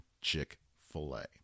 Chick-fil-A